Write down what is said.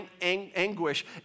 anguish